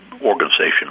organization